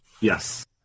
Yes